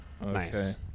Nice